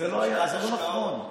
אבל זה לא נכון.